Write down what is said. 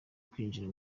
kwinjira